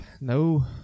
No